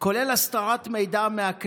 אדוני יושב-ראש הכנסת,